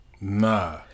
Nah